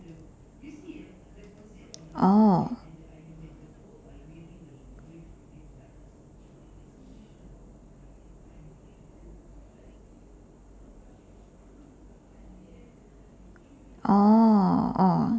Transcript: oh oh